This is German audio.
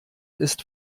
ist